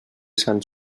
sant